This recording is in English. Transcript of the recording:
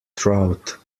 trout